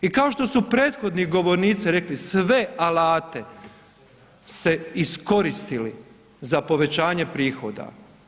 I kao što su prethodni govornici rekli, sve alate ste iskoristili za povećanje prihoda.